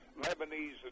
Lebanese